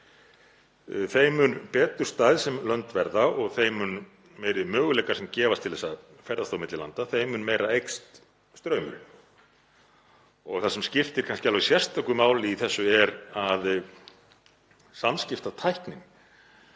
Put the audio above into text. þeim mun betur stæð sem lönd verða og þeim mun meiri möguleikar sem gefast til að ferðast á milli landa, þeim mun meira eykst straumurinn. Það sem skiptir kannski alveg sérstöku máli í þessu er að samskiptatæknin